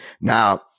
now